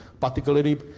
Particularly